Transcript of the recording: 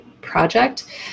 project